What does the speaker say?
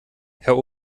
herr